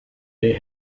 there